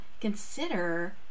consider